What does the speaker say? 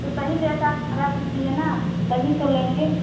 तो सही रेट आप लगा दीजिए न तभी तो लेंगे